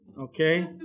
okay